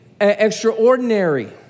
extraordinary